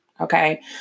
Okay